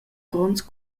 gronds